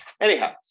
anyhow